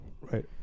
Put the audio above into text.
Right